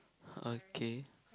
okay